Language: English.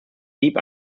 deep